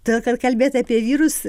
todėl kad kalbėti apie vyrus